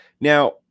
Now